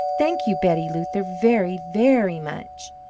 thank you, betty luther, very, very much!